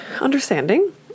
understanding